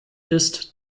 ist